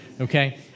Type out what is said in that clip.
Okay